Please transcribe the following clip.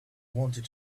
wanted